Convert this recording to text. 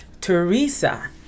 Teresa